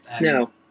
No